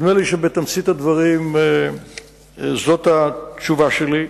נדמה לי שבתמצית הדברים זאת התשובה שלי.